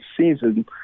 season